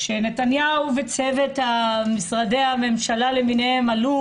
כשנתניהו וצוות משרדי הממשלה למיניהם עלו